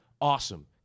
awesome